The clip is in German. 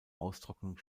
austrocknung